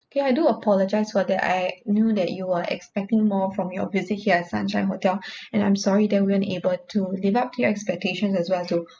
okay I do apologize for that I knew that you were expecting more from your visit here at sunshine hotel and I'm sorry that we're unable to live up to your expectations as well to